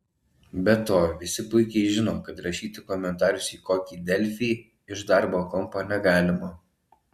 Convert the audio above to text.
be to visi puikiai žino kad rašyti komentarus į kokį delfį iš darbo kompo negalima